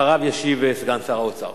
אחריו ישיב סגן שר האוצר.